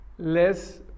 less